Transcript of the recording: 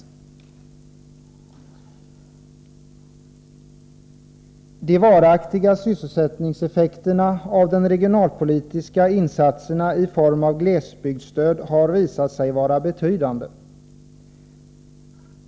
Den varaktiga sysselsättningseffekten av de regionalpolitiska insatserna i form av glesbygdsstöd har visat sig vara betydande.